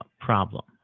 problem